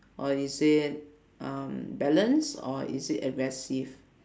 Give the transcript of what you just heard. or is it um balanced or is it aggressive